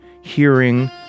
hearing